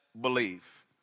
believe